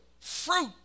Fruit